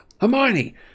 Hermione